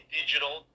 digital